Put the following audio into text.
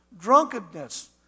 drunkenness